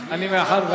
זו לא אשמתי.